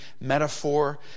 metaphor